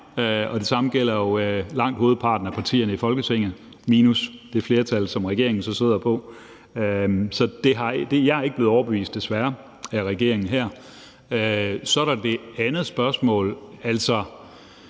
det samme gælder jo langt hovedparten af partierne i Folketinget minus det flertal, som regeringen så sidder på. Så jeg er ikke blevet overbevist, desværre, af regeringen her. Så er der det andet spørgsmål.